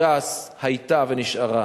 ש"ס היתה ונשארה